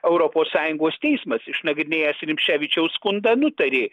europos sąjungos teismas išnagrinėjęs rimšėvičiaus skundą nutarė